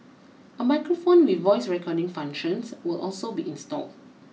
a microphone with voice recording functions will also be installed